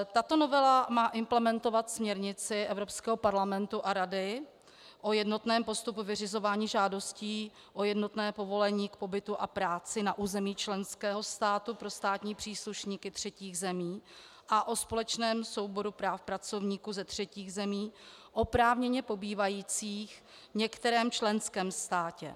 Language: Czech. Tato novela má implementovat směrnici Evropského parlamentu a Rady o jednotném postupu při vyřizování žádostí o jednotné povolení k pobytu a práci na území členského státu pro státní příslušníky třetích zemí a o společném souboru práv pracovníků ze třetích zemí oprávněně pobývajících v některém členském státě.